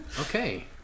Okay